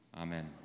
Amen